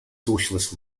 socialist